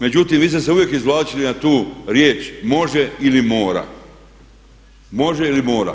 Međutim, vi ste se uvijek izvlačili na tu riječ može ili mora, može ili mora.